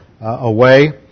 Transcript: away